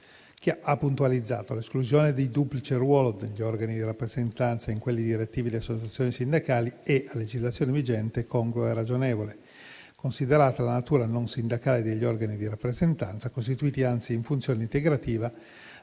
puntualizzando che l'esclusione del duplice ruolo negli organi di rappresentanza e in quelli direttivi di associazioni sindacali è a legislazione vigente congrua e ragionevole, considerata la natura non sindacale degli organi di rappresentanza, costituiti anzi in funzione integrativa